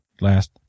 last